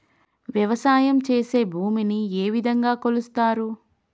వ్యవసాయం చేసి భూమిని ఏ విధంగా కొలుస్తారు?